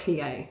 PA